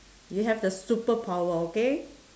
you have the superpower okay